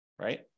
right